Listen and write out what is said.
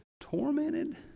tormented